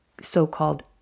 so-called